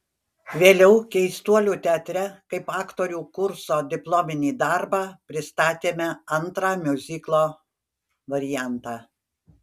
vėliau keistuolių teatre kaip aktorių kurso diplominį darbą pristatėme antrą miuziklo variantą